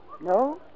No